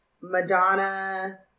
madonna